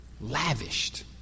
Lavished